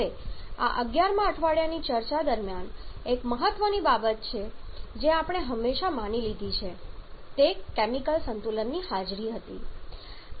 હવે આ 11 અઠવાડિયાની ચર્ચા દરમિયાન એક મહત્વની બાબત જે આપણે હંમેશા માની લીધી છે તે કેમિકલ સંતુલનની હાજરી હતી